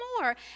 more